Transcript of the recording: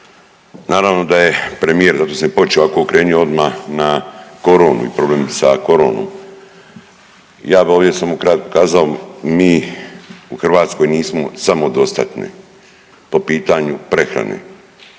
Naravno da je premijer zato sam i počeo ovako okrenio odmah na koronu i problem sa koronom i ja bi ovdje samo kratko kazao mi u Hrvatskoj nismo samodostatni po pitanju prehrane.